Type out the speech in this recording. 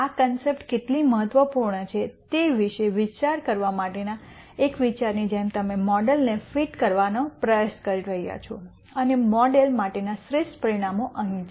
આ કોન્સેપ્ટ કેટલી મહત્વપૂર્ણ છે તે વિશે વિચાર કરવા માટેના એક વિચારની જેમ તમે મોડેલને ફીટ કરવાનો પ્રયાસ કરી રહ્યાં છો અને મોડેલ માટેના શ્રેષ્ઠ પરિમાણો અહીં છે